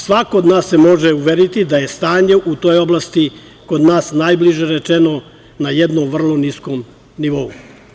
Svako od nas se može uveriti da je stanje u toj oblasti kod nas, najbliže rečeno, na jednom vrlo niskom nivou.